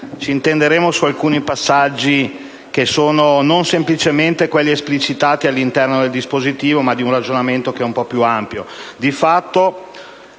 ci intenderemo su alcuni passaggi, che non sono semplicemente quelli esplicitati all'interno del dispositivo ma fanno parte di un ragionamento un po' più ampio. Di fatto,